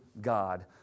God